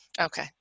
Okay